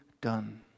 done